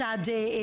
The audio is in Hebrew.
מצד הקשרים כלכליים.